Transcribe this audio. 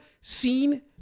seen